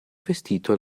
vestito